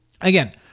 Again